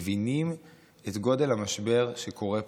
מבינים את גודל המשבר שקורה פה.